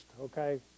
okay